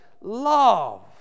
love